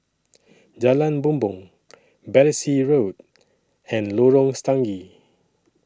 Jalan Bumbong Battersea Road and Lorong Stangee